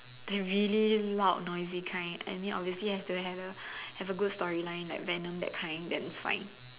the really loud noisy kind and I mean obviously have to have a have a good story line like Venom that kind then fine